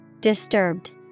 Disturbed